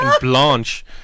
Blanche